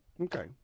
Okay